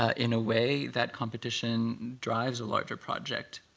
ah in a way, that competition drives a larger project,